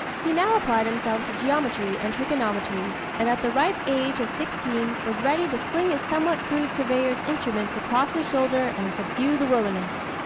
he now applied himself to geometry and trigonometry and at the ripe age of sixteen was ready to sling his somewhat crude surveyor's instruments across his shoulder and subdue the wilderness.